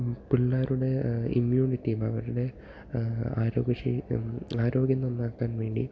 പിള്ളേരുടെ ഇമ്യൂണിറ്റി അവരുടെ ആരോഗ്യ ഷേയ് ആരോഗ്യം നന്നാക്കാൻ വേണ്ടി